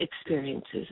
experiences